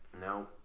No